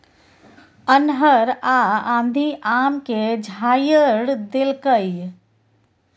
अन्हर आ आंधी आम के झाईर देलकैय?